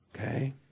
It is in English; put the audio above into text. Okay